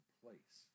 place